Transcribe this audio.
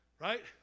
Right